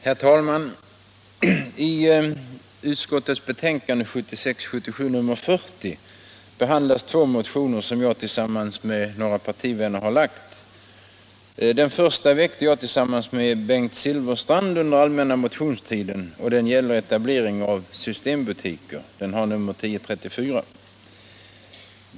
Herr talman! I skatteutskottets betänkande 1976/77:40 behandlas två motioner som jag tillsammans med några partivänner har väckt. Den första, nr 1034, väckte jag tillsammans med Bengt Silfverstrand under den allmänna motionstiden, och den gäller etablering av systembutiker.